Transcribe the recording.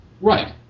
Right